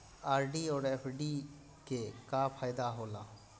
RD और FD के का फायदा हौला?